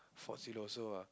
Fort Siloso ah